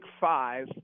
five